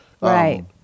Right